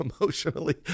emotionally